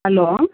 hello